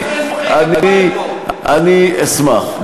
אני אשמח.